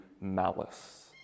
malice